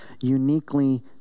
uniquely